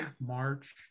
March